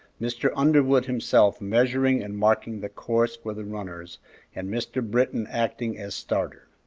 mr. underwood himself measuring and marking the course for the runners and mr. britton acting as starter.